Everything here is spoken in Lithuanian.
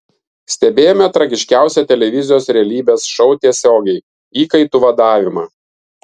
stebėjome tragiškiausią televizijos realybės šou tiesiogiai įkaitų vadavimą